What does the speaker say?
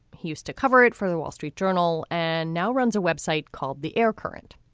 he used to cover it for the wall street journal and now runs a web site called the air current.